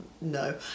no